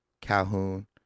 Calhoun